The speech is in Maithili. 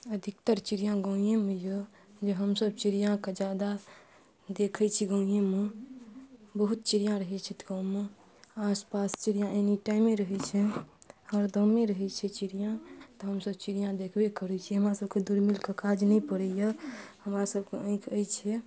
अधिकतर चिड़िआ गाँवएमे यऽ जे हमसब चिड़िआके जादा देखै छी गाँवएमे बहुत चिड़िआ रहै छै गाँवमे आसपास चिड़िआ एनी टाइमे रहै छै हर गाँवमे रहै छै चिड़िआ तऽ हमसब चिड़िआ देखबे करै छी हमरा सभके दूरबीनके काज नहि पड़ैया हमरा सभके आँखि अछि